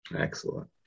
Excellent